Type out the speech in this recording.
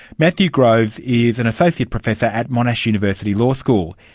matthew groves is an associate professor at monash university law school.